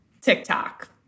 TikTok